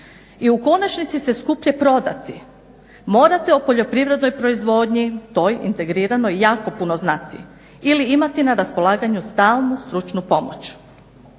i u konačnici se skuplje prodati morate o poljoprivrednoj proizvodnji toj integriranoj jako puno znati ili imati na raspolaganju stalnu stručnu pomoć.